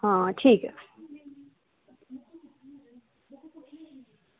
हां ठीक ऐ